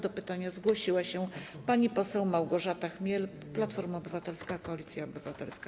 Do pytania zgłosiła się pani poseł Małgorzata Chmiel, Platforma Obywatelska - Koalicja Obywatelska.